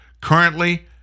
Currently